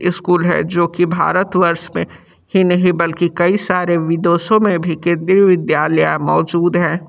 school है जो कि भारतवर्ष में ही नहीं बल्कि कई सारे विदेशों में भी केंद्रीय विद्यालय मौजूद हैं